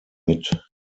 mit